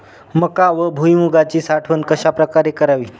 मका व भुईमूगाची साठवण कशाप्रकारे करावी?